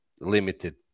limited